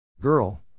Girl